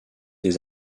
des